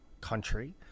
country